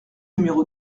numéro